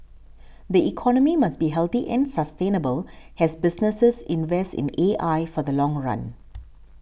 the economy must be healthy and sustainable as businesses invest in A I for the long run